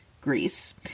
Greece